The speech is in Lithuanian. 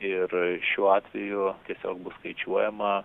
ir šiuo atveju tiesiog bus skaičiuojama